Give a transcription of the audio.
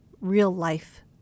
real-life